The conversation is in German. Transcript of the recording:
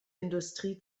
industrie